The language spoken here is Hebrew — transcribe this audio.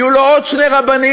יהיו לו עוד שני רבנים,